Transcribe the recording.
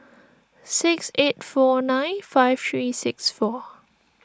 six eight four nine five three six four